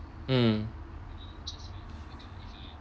mm